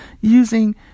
using